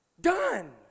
Done